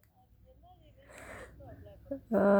ah